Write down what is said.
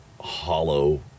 hollow